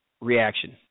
reaction